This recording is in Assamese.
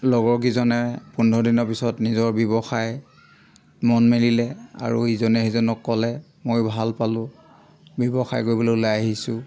লগৰকেইজনে পোন্ধৰ দিনৰ পিছত নিজৰ ব্যৱসায় মন মেলিলে আৰু ইজনে সিজনক ক'লে মই ভাল পালোঁ ব্যৱসায় কৰিবলৈ ওলাই আহিছোঁ